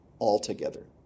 altogether